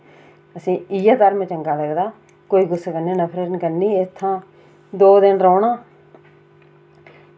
असेंगी इयै धर्म चंगा लगदा कोई कुसै कन्नै नफरत निं करनी एह् इत्थां दौ दिन रौह्ना